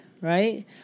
right